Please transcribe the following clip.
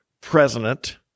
president